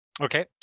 Okay